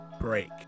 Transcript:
break